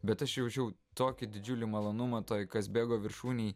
bet aš jaučiau tokį didžiulį malonumą toj kazbeko viršūnėj